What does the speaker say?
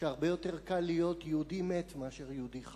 שהרבה יותר קל להיות יהודי מת מאשר יהודי חי.